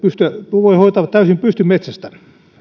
voi hoitaa täysin pystymetsästä